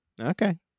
okay